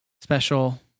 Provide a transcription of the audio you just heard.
special